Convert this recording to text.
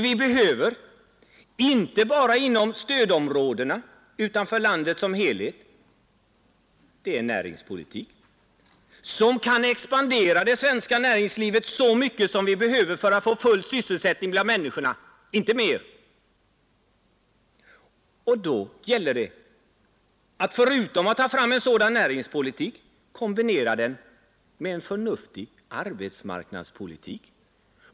Vi behöver, inte bara i stödområdena utan i landet som helhet, en näringspolitik som kan expandera det svenska näringslivet tillräckligt mycket för att ge full sysselsättning åt människorna. Inte mera. En sådan näringspolitik måste kombineras med en förnuftig arbetsmarknadspolitik.